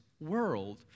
world